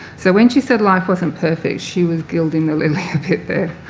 so when she said life wasn't perfect, she was gilding the lily a bit there.